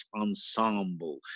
ensemble